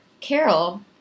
Carol